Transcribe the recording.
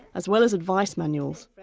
as well as advice manuals.